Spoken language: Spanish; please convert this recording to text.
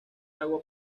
agua